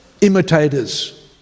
imitators